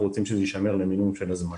אנחנו רוצים שזה יישמר למינימום זמן.